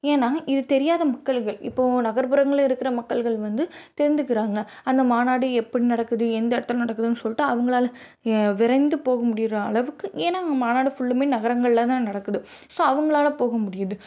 ஏன்னா இது தெரியாத மக்கள்கள் இப்போது நகர்புறங்கள் இருக்கிற மக்கள்கள் வந்து தெரிந்துக்கிறாங்க அந்த மாநாடு எப்படி நடக்குது எந்த இடத்துல நடக்குதுன்னு சொல்லிட்டு அவங்களால விரைந்து போக முடியிற அளவுக்கு ஏன்னா அங்கே மாநாடு ஃபுல்லுமே நகரங்கள்ல தான் நடக்குது ஸோ அவங்களால போக முடியுது